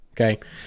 Okay